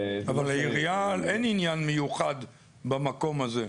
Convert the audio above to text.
אבל לעירייה אין עניין מיוחד למקום הזה,